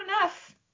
enough